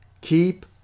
keep